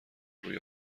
روی